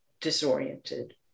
disoriented